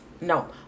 No